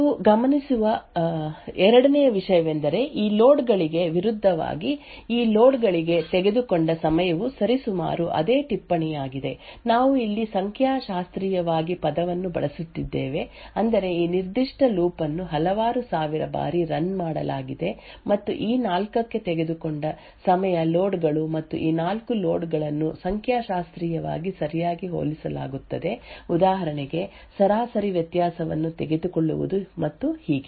ನೀವು ಗಮನಿಸುವ ಎರಡನೆಯ ವಿಷಯವೆಂದರೆ ಈ ಲೋಡ್ ಗಳಿಗೆ ವಿರುದ್ಧವಾಗಿ ಈ ಲೋಡ್ ಗಳಿಗೆ ತೆಗೆದುಕೊಂಡ ಸಮಯವು ಸರಿಸುಮಾರು ಅದೇ ಟಿಪ್ಪಣಿಯಾಗಿದೆ ನಾವು ಇಲ್ಲಿ ಸಂಖ್ಯಾಶಾಸ್ತ್ರೀಯವಾಗಿ ಪದವನ್ನು ಬಳಸುತ್ತಿದ್ದೇವೆ ಅಂದರೆ ಈ ನಿರ್ದಿಷ್ಟ ಲೂಪ್ ಅನ್ನು ಹಲವಾರು ಸಾವಿರ ಬಾರಿ ರನ್ ಮಾಡಲಾಗಿದೆ ಮತ್ತು ಈ ನಾಲ್ಕಕ್ಕೆ ತೆಗೆದುಕೊಂಡ ಸಮಯ ಲೋಡ್ ಗಳು ಮತ್ತು ಈ ನಾಲ್ಕು ಲೋಡ್ ಗಳನ್ನು ಸಂಖ್ಯಾಶಾಸ್ತ್ರೀಯವಾಗಿ ಸರಿಯಾಗಿ ಹೋಲಿಸಲಾಗುತ್ತದೆ ಉದಾಹರಣೆಗೆ ಸರಾಸರಿ ವ್ಯತ್ಯಾಸವನ್ನು ತೆಗೆದುಕೊಳ್ಳುವುದು ಮತ್ತು ಹೀಗೆ